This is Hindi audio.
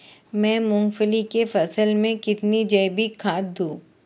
मैं मूंगफली की फसल में कितनी जैविक खाद दूं?